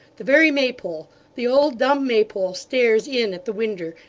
the very maypole the old dumb maypole stares in at the winder,